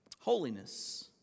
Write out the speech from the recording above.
Holiness